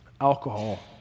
alcohol